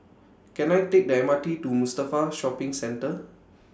Can I Take The M R T to Mustafa Shopping Centre